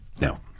no